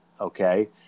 Okay